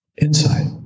insight